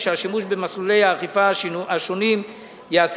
וכי השימוש במסלולי האכיפה השונים ייעשה